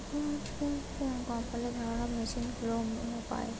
কোন প্রকল্পে ধানকাটা মেশিনের লোন পাব?